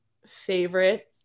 favorite